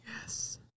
Yes